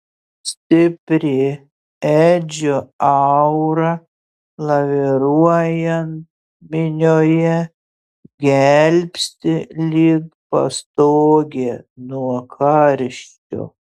stipri edžio aura laviruojant minioje gelbsti lyg pastogė nuo karščio